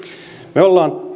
me olemme